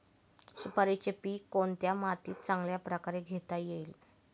सुपारीचे पीक कोणत्या मातीत चांगल्या प्रकारे घेता येईल?